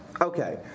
okay